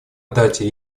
дате